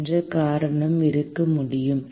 என்ன காரணம் இருக்க முடியும்